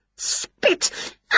Spit